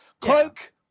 Cloak